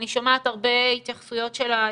אני שומעת הרבה התייחסות למיון,